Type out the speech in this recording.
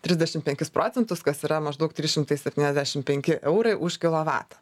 trisdešim penkis procentus kas yra maždaug trys šimtai septyniasdešim penki eurai už kilovatą